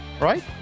right